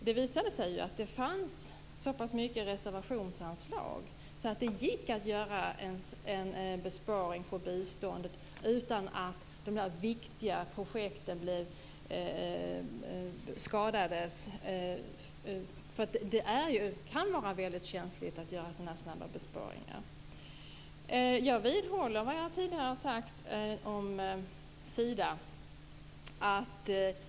Det visade sig faktiskt finnas så pass stora reservationsanslag att det gick att göra en besparing på biståndet utan att de viktiga projekten skadades. Det kan ju vara väldigt känsligt att göra sådana här snabba besparingar. Jag vidhåller vad jag tidigare har sagt om Sida.